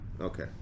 okay